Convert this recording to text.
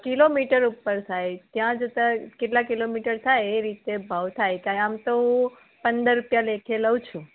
kilometre ઉપર થાય ત્યાં જતા કેટલા કિલોમીટર થાય એ રીતે ભાવ થાય અત્યારે આમ તો પંદર રૂપિયા લેખે લઉં છું